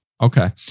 Okay